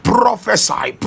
Prophesy